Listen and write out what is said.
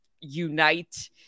unite